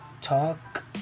talk